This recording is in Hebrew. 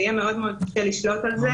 זה יהיה מאוד מאוד קשה לשלוט על זה